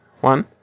one